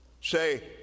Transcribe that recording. Say